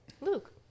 Luke